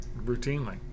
routinely